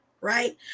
right